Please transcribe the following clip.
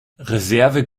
reserve